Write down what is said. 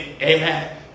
Amen